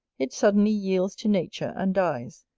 it suddenly yields to nature, and dies.